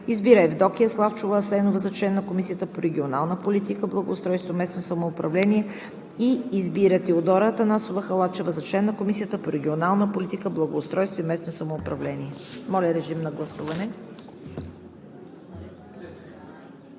Избира Евдокия Славчова Асенова за член на Комисията по регионална политика, благоустройство и местно самоуправление. Избира Теодора Атанасова Халачева за член на Комисията по регионална политика, благоустройство и местно самоуправление.“ Моля, режим на гласуване.